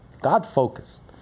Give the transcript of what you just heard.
God-focused